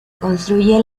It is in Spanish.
construye